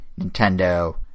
Nintendo